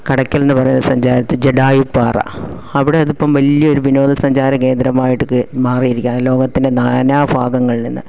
കടയ്ക്കൽ എന്ന് പറയുന്ന സഞ്ചാര ജഡായുപ്പാറ അവിടെ അതിപ്പം വലിയ ഒരു വിനോദസഞ്ചാര കേന്ദ്രമായിട്ടൊക്കെ മാറിയിരിക്കുകയാണ് ലോകത്തിൻ്റെ നാനാ ഭാഗങ്ങളിൽ നിന്ന്